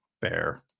fair